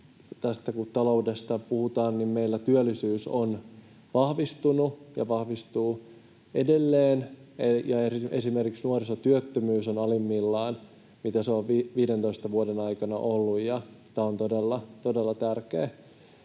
kun taloudesta puhutaan, että meillä työllisyys on vahvistunut ja vahvistuu edelleen, ja esimerkiksi nuorisotyöttömyys on alimmillaan, mitä se on 15 vuoden aikana ollut, ja tämä on todella, todella